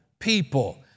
People